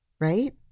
right